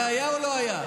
זה היה או לא היה?